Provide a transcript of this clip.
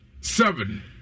seven